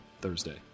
Thursday